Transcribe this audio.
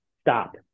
stop